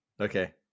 Okay